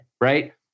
right